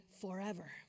forever